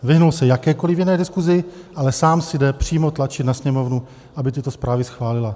Vyhnul se jakékoliv jiné diskusi, ale sám si jde přímo tlačit na Sněmovnu, aby tyto zprávy schválila.